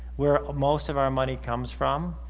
where ah most of our money comes from,